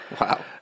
Wow